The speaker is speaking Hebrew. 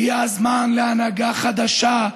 הגיע הזמן להנהגה חדשה,